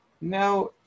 Now